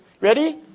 Ready